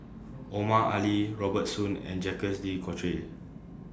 Omar Ali Robert Soon and Jacques De Coutre